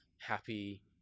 happy